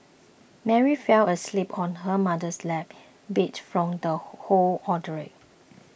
Mary fell asleep on her mother's lap beat from the whole ordeal